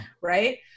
right